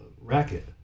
Racket